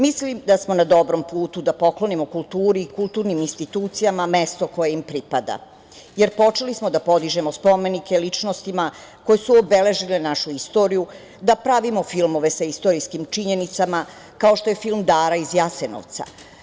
Mislim da smo na dobrom putu da poklonimo kulturi i kulturnim institucijama mesto koje im pripada, jer počeli smo da podižemo spomenike ličnostima koje su obeležile našu istoriju, da pravimo filmove sa istorijskim činjenicama, kao što je film „Dara iz Jasenovca“